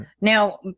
Now